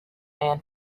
man